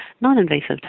non-invasive